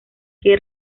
que